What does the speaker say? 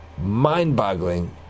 mind-boggling